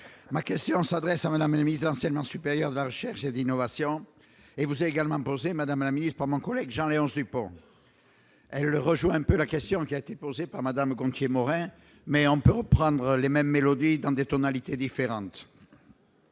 ma question s'adressant à la mainmise anciennement supérieur de la recherche et d'innovation et vous également poser Madame Amir pas mon collègue Jean-Léonce Dupont, elle rejoint un peu la question qui a été posée par Madame Gonthier-Maurin mais on peut reprendre les mêmes mélodies dans des tonalités différentes